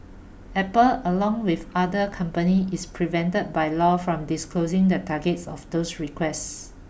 Apple along with other company is prevented by law from disclosing the targets of those requests